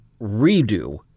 redo